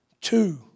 Two